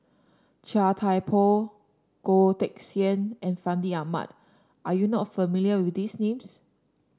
Chia Thye Poh Goh Teck Sian and Fandi Ahmad are you not familiar with these names